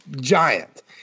giant